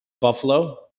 Buffalo